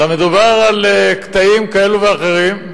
אלא מדובר על קטעים כאלה ואחרים.